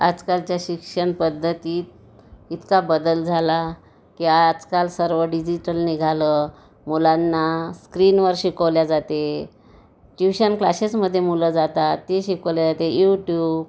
आजकालच्या शिक्षणपद्धतीत इतका बदल झाला की आजकाल सर्व डिजिटल निघालं मुलांना स्क्रीनवर शिकवले जाते ट्यूशन क्लासेसमध्ये मुलं जातात तिथे शिकवले जाते यूट्यूब